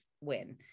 win